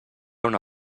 una